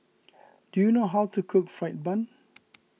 do you know how to cook Fried Bun